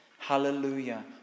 Hallelujah